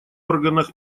органах